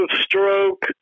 stroke